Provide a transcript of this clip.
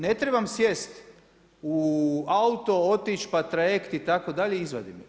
Ne trebam sjest u auto otići, pa trajekt, itd. i izvadim.